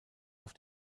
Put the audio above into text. auf